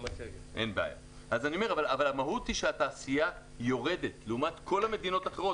המהות היא שהתעשייה יורדת לעומת כל המדינות האחרות,